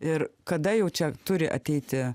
ir kada jau čia turi ateiti